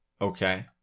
Okay